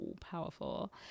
powerful